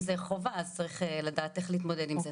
אם זה חובה אז צריך לדעת איך להתמודד עם זה.